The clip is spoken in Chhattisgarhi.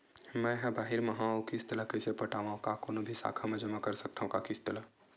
मैं हा बाहिर मा हाव आऊ किस्त ला कइसे पटावव, का कोनो भी शाखा मा जमा कर सकथव का किस्त ला?